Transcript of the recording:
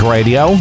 Radio